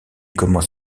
commence